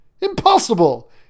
Impossible